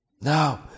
Now